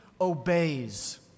obeys